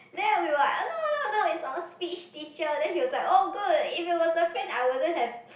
then we were uh no no no it's our speech teacher then he was like oh good if it was a friend I wouldn't have